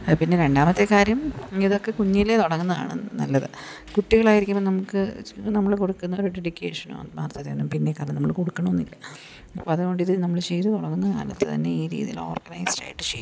പിന്നെ രണ്ടാമത്തെ കാര്യം ഇതൊക്കെ കുഞ്ഞിലേ തുടങ്ങുന്നതാണ് നല്ലത് കുട്ടികളായിരിക്കുമ്പോൾ നമുക്ക് നമ്മൾ കൊടുക്കുന്ന ഒരു ഡെഡിക്കേഷനോ ആത്മാർത്തതയോ ഒന്നും പിന്നെ കാലം നമ്മൾ കൊടുക്കണം എന്നില്ല അപ്പം അതുകൊണ്ട് ഇത് നമ്മൾ ചെയ്ത് തുടങ്ങുന്ന കാലത്ത് തന്നെ ഈ രീതിയിൽ ഓർഗനൈസ്ഡ് ആയിട്ട് ചെയ്യുക